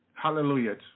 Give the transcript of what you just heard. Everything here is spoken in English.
Hallelujah